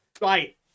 Right